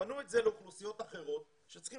שכרגע